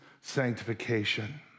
sanctification